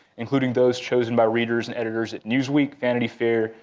including those chosen by readers and editors at newsweek, vanity fair,